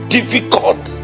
Difficult